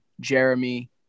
Jeremy